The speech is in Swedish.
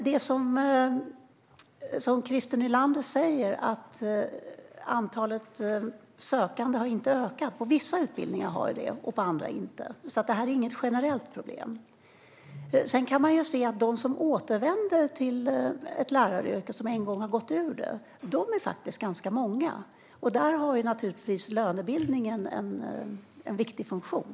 Christer Nylander säger att antalet sökande inte har ökat. På vissa utbildningar har det gjort det, på andra inte. Det är inget generellt problem. Sedan är det faktiskt ganska många som återvänder till läraryrket efter att en gång ha lämnat det. Där har naturligtvis lönebildningen en viktig funktion.